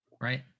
Right